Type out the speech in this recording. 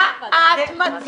מה את מציעה?